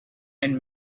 and